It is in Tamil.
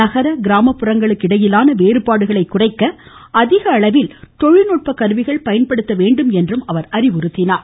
நகர கிராமப்புறங்களுக்கு இடையிலான வேறுபாடுகளை குறைப்பதற்கு அதிக அளவில் தொழில் நுட்பக்கருவிகள் பயன்படுத்தப்பட வேண்டும் என்றும் அவர் கூறினார்